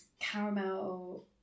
caramel